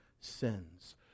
sins